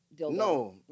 No